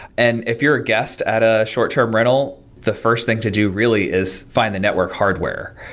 and if you're a guest at a short-term rental, the first thing to do really is find the network hardware.